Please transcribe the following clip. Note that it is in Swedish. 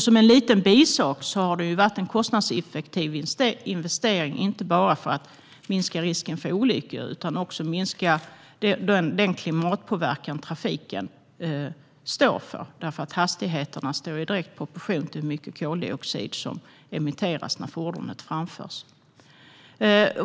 Som en liten bisak kan jag säga att det har varit en kostnadseffektiv investering inte bara för att minska risken för olyckor utan också för att minska den klimatpåverkan som trafiken står för. Hastigheterna står ju i direkt proportion till hur mycket koldioxid som emitteras när fordonet framförs.